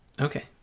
Okay